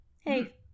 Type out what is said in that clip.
Hey